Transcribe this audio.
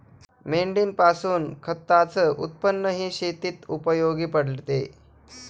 मेंढीपासून खताच उत्पन्नही शेतीत उपयोगी पडते